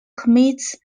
commits